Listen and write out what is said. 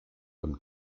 und